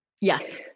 Yes